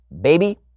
baby